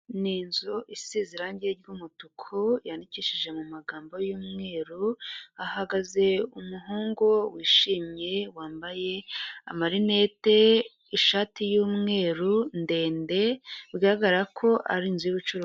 Ni inzu isize irangi ry'umutuku yandikishije mu magambo y'umweru, hahagaze umuhungu wishimye wambaye marinete ishati y'umweru ndende bigaragara ko ari inzu y'ubucuruzi.